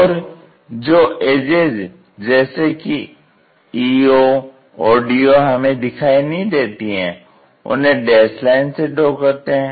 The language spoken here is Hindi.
और जो एजेज़ जैसे कि eo और do हमें दिखाई नहीं देते हैं उन्हे डैस्ड लाइन से ड्रा करते हैं